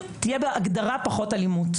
היתה שם וועדה בנושא הזה.